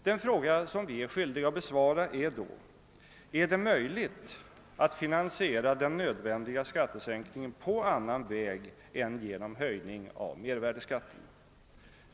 Den fråga som vi är skyldiga att besvara är då: Är det möjligt att finansiera den nödvändiga skattesänkningen på annan väg än genom höjning av mervärdeskatten?